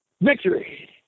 victory